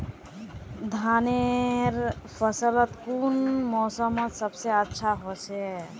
धानेर फसल कुन मोसमोत सबसे अच्छा होचे?